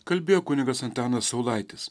kalbėjo kunigas antanas saulaitis